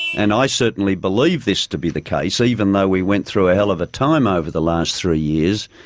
and i certainly believe this to be the case, even though we went through a hell of a time over the last three years,